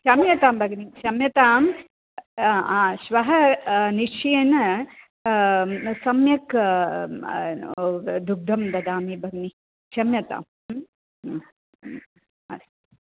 क्षम्यतां भगिनि क्षम्यताम् श्वः निश्चयेन सम्यक् दुग्धं ददामि भगिनि क्षम्यताम् अस्तु